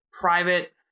private